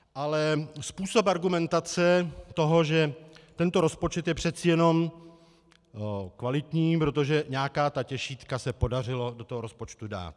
Ale způsob argumentace toho, že tento rozpočet je přeci jenom kvalitní, protože nějaká ta těšítka se podařilo do rozpočtu dát.